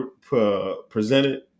presented